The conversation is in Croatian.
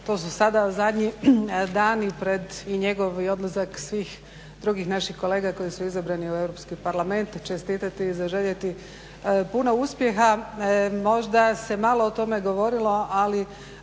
to su sada zadnji dani pred i njegov i odlazak svih drugih naših kolega koji su izabrani u Europski parlament, čestitati i zaželjeti puno uspjeha. Možda se malo o tome govorilo, ali